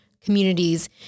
communities